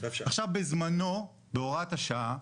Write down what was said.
בזמנו בהוראות השעה,